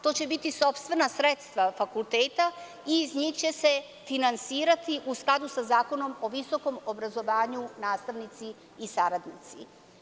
To će biti sopstvena sredstva fakulteta i iz njih će se finansirati u skladu sa Zakonom o visokom obrazovanju, nastavnici i saradnici.